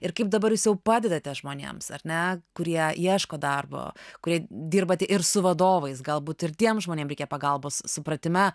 ir kaip dabar jūs jau padedate žmonėms ar net kurie ieško darbo kurį dirbate ir su vadovais galbūt ir tiems žmonėm reikia pagalbos supratime